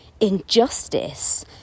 injustice